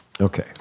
Okay